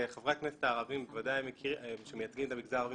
וחברת הכנסת הערבים שמייצגים את המגזר הערבי